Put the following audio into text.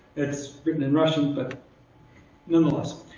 it's written in russian. but nonetheless.